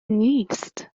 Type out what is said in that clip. نیست